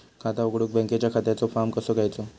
खाता उघडुक बँकेच्या खात्याचो फार्म कसो घ्यायचो?